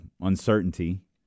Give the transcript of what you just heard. uncertainty